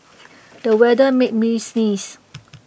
the weather made me sneeze